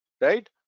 right